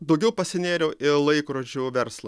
daugiau pasinėriau į laikrodžių verslą